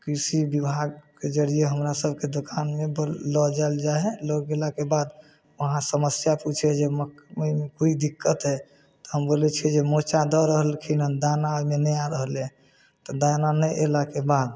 कृषि विभागके जरिये हमरासभके दोकानमे लऽ जाएल जाइ हइ लऽ गेलाके बाद वहाँ समस्या पुछै हइ जे मकइमे कोइ दिक्कत हइ तऽ हम बोलै छिए जे मोचा दऽ रहलखिन आओर दाना ओहिमे नहि आ रहलै तऽ दाना नहि अएलाके बाद